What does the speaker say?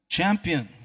champion